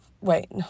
wait